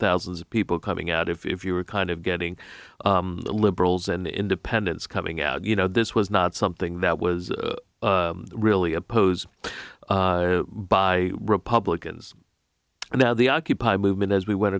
thousands of people coming out if you were kind of getting liberals and independents coming out you know this was not something that was really opposed by republicans now the occupy movement as we went